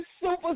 Super